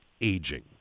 aging